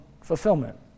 fulfillment